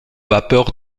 vapeur